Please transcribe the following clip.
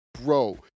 Bro